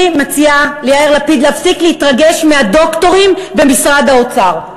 אני מציעה ליאיר לפיד להפסיק להתרגש מהדוקטורים במשרד האוצר.